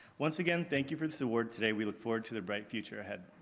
once again, thank you for this award today, we look forward to the bright future ahead,